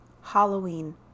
Halloween